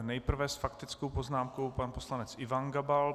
Nejprve s faktickou poznámkou pan poslanec Ivan Gabal.